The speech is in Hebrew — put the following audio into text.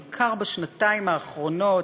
בעיקר בשנתיים האחרונות,